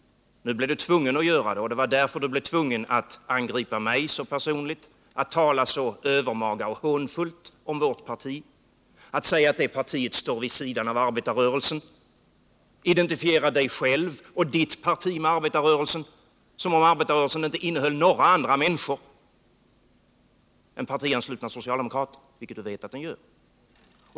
Men nu blev du tvungen att göra det, och det var därför du måste angripa mig så personligt och tala så övermaga och hånfullt om vårt parti och säga att det partiet står vid sidan av arbetarrörelsen — du identifierar dig själv och ditt parti med arbetarrörelsen, som om arbetarrörelsen inte innehöll några andra människor än partianslutna socialdemokrater, vilket du vet att den gör.